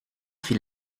fit